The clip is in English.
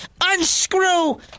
unscrew